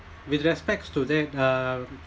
with respects to that uh